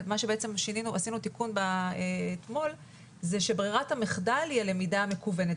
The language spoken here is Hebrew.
מה שעשינו תיקון אתמול זה שברירת המחדל תהיה הלמידה המקוונת.